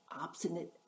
obstinate